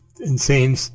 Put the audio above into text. insane